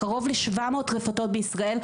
קרוב ל-700 רפתות בישראל,